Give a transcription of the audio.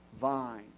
vine